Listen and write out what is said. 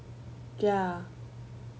ya